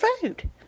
food